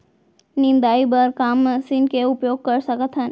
निंदाई बर का मशीन के उपयोग कर सकथन?